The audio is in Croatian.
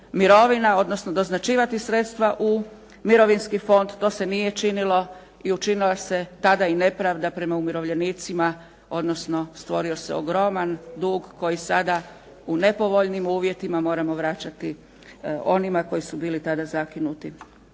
mirovina odnosno doznačivati sredstva u Mirovinski fond. To se nije činilo i učinila se tada i nepravda prema umirovljenicima odnosno stvorio se ogroman dug koji sada u nepovoljnim uvjetima moramo vraćati onima koji su bili tada zakinuti.